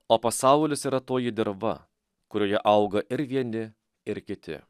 o pasaulis yra toji dirva kurioje auga ir vieni ir kiti